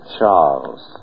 Charles